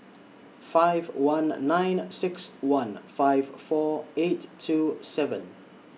five one nine six one five four eight two seven